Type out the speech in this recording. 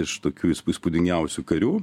iš tokių įspūdingiausių karių